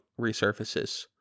resurfaces